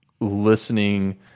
listening